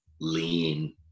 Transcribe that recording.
lean